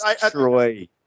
destroy